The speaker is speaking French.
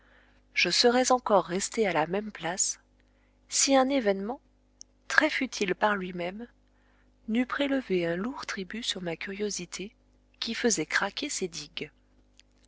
je serais encore resté à la même place si un événement très futile par lui-même n'eût prélevé un lourd tribut sur ma curiosité qui faisait craquer ses digues